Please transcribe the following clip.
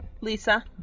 Lisa